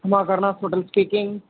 ஆமாம் Saravanas hotel speaking